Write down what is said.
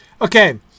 Okay